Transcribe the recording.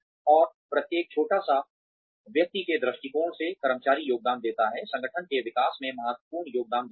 और प्रत्येक छोटा सा व्यक्ति के दृष्टिकोण से कर्मचारी योगदान देता है संगठन के विकास में महत्वपूर्ण योगदान देता है